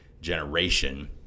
generation